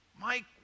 Mike